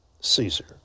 Caesar